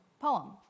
poem